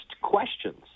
questions